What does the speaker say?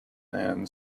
and